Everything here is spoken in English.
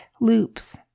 loops